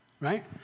right